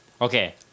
Okay